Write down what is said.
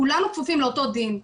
כולנו כפופים לאותו דין.